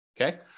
Okay